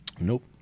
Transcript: Nope